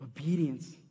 Obedience